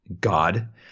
God